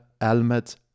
helmet